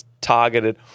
targeted